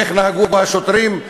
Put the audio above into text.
איך נהגו השוטרים,